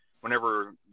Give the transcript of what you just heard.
whenever